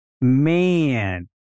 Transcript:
man